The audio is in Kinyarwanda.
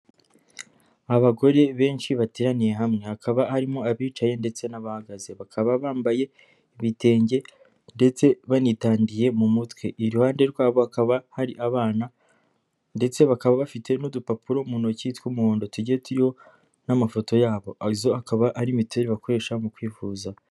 Abagore benshi bateraniye hamwe hakaba harimo abicaye ndetse n'abahagaze, bakaba bambaye ibitenge ndetse banitandiye mu mutwe, iruhande rwabo hakaba hari abana ndetse bakaba bafite n'udupapuro mu ntoki tw'umuhondo tugiye turiho n'amafoto yabo izo akaba ari mituweri bakoresha mu kwivuza.